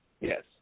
Yes